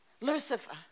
Lucifer